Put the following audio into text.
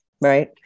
right